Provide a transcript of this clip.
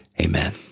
amen